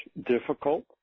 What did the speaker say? difficult